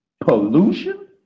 Pollution